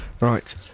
Right